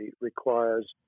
requires